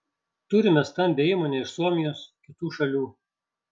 turime stambią įmonę iš suomijos kitų šalių